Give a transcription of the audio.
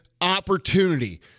opportunity